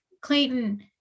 Clayton